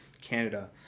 Canada